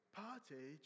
party